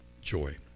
joy